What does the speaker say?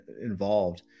involved